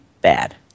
bad